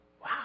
Wow